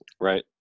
Right